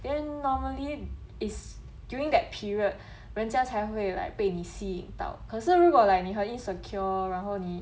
then normally is during that period 人家才会 like 被你吸引到可是如果 like 你很 insecure